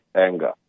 anger